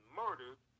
murdered